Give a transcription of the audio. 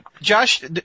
Josh